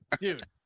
dude